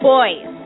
Boys